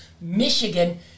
Michigan